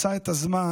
מצאה את הזמן